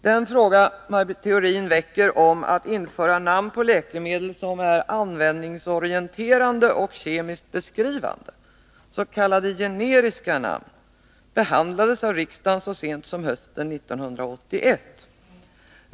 Den fråga Maj Britt Theorin väcker om att införa namn på läkemedel som är användningsorienterade och kemiskt beskrivande, s.k. generiska namn, behandlades av riksdagen så sent som hösten 1981.